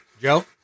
Joe